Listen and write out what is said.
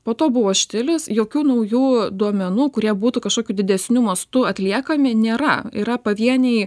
po to buvo štilis jokių naujų duomenų kurie būtų kašokiu didesniu mastu atliekami nėra yra pavieniai